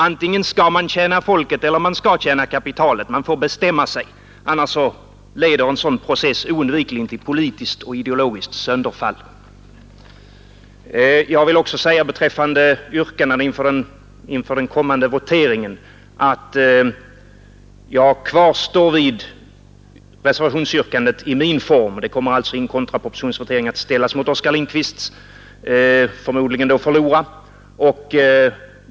Man skall antingen tjäna folket eller kapitalet. Man får bestämma sig, annars leder en sådan process oundvikligen till politiskt och ideologiskt sönderfall. Jag vill också beträffande yrkandena i den kommande voteringen säga att jag kvarstår vid mitt yrkande i den form det har i reservationen. Det kommer alltså som kontraproposition att vid voteringen ställas mot herr Oskar Lindkvists yrkande och förmodligen då förlora.